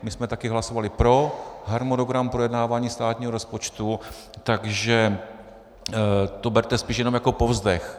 My jsme také hlasovali pro harmonogram projednávání státního rozpočtu, takže to berte spíše jenom jako povzdech.